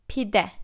Pide